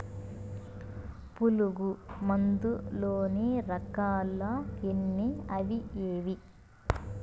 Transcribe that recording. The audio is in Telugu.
పులుగు మందు లోని రకాల ఎన్ని అవి ఏవి?